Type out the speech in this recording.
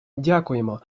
дякуємо